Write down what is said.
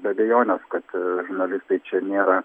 be abejonės kad žurnalistai čia nėra